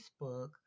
Facebook